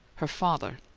her father,